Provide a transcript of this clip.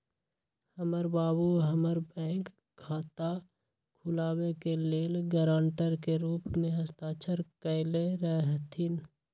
हमर बाबू हमर बैंक खता खुलाबे के लेल गरांटर के रूप में हस्ताक्षर कयले रहथिन